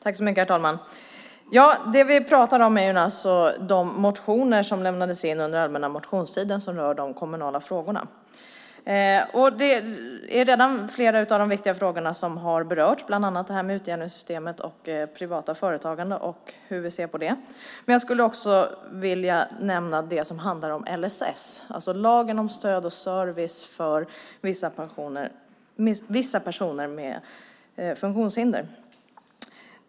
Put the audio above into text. Herr talman! Vi debatterar de motioner som lämnades in under den allmänna motionstiden och som rör de kommunala frågorna. Flera av de viktiga frågorna har redan berörts, bland annat utjämningssystemet och hur vi ser på privat företagande. Jag skulle vilja nämna det som handlar om LSS, lagen om stöd och service för vissa personer med funktionshinder.